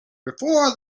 before